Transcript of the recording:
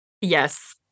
yes